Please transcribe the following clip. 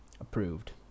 approved